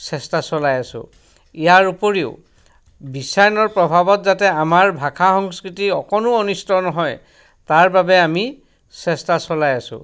চেষ্টা চলাই আছোঁ ইয়াৰ উপৰিও বিশ্বায়নৰ প্ৰভাৱত যাতে আমাৰ ভাষা সংস্কৃতি অকণো অনিষ্ট নহয় তাৰ বাবে আমি চেষ্টা চলাই আছোঁ